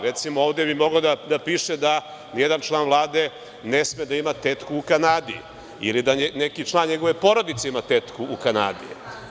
Recimo, ovde bi moglo da piše da ni jedan član Vlade ne sme da ima tetku u Kanadi, ili da neki član njegove porodice ima tetku u Kanadi.